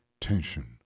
tension